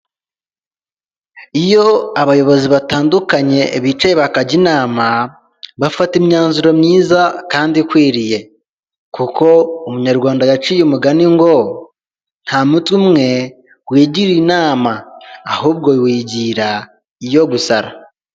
Iyo abayobozi batandukanye bicaye bakajya inama bafata imyanzuro myiza kandi ikwiriye. kuko umunyarwanda yaciye umugani ngo, "ntamutwe umwe wigira inama, ahubwo wigira iyo gusara."